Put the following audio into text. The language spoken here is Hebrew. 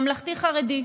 ממלכתי-חרדי,